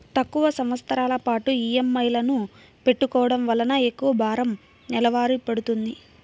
తక్కువ సంవత్సరాల పాటు ఈఎంఐలను పెట్టుకోవడం వలన ఎక్కువ భారం నెలవారీ పడ్తుంది